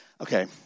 Okay